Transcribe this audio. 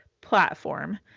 platform